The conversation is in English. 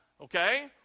Okay